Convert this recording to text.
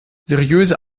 seriöse